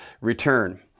Return